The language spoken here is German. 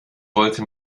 wollte